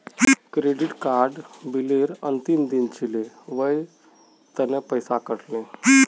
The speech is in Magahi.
क्रेडिट कार्ड बिलेर अंतिम दिन छिले वसे पैसा कट ले